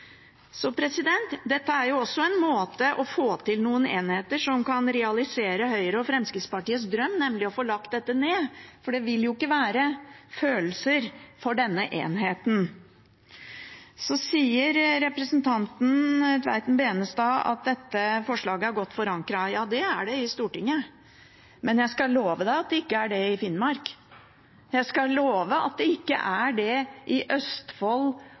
Så dette er også en måte å få til noen enheter på som kan realisere Høyre og Fremskrittspartiets drøm, nemlig å få lagt det ned, for det vil jo ikke være følelser for denne enheten. Så sier representanten Tveiten Benestad at dette forslaget er godt forankret. Ja, det er det – i Stortinget. Men jeg skal love henne at det ikke er det i Finnmark. Jeg skal love at det ikke er det i Østfold